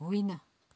होइन